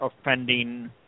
offending